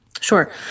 Sure